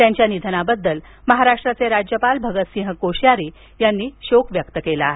त्यांच्या निधनाबद्दल महाराष्ट्राचे राज्यपाल भगतसिंग कोश्यारी यांनी शोक व्यक्त केला आहे